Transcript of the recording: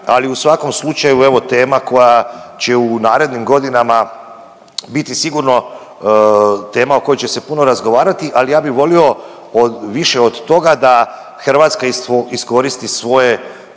Ali u svakom slučaju evo tema koja će u narednim godinama biti sigurno tema o kojoj će se puno razgovarati, ali ja bi volio od, više od toga da Hrvatska iskoristi svoje